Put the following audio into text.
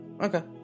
Okay